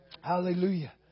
Hallelujah